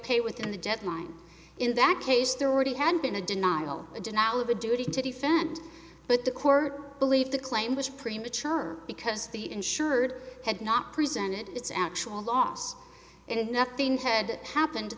pay within the deadline in that case they're already had been a denial a denial of a duty to defend but the court believed the claim was premature because the insured had not presented its actual loss and nothing had happened